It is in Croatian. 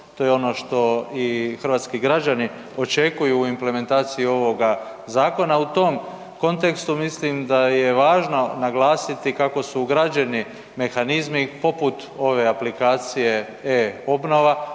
to je ono što i hrvatski građani očekuju u implementaciji ovoga zakona. U tom kontekstu mislim da je važno naglasiti kako su građani mehanizmi poput ove aplikacije e-obnova